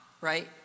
right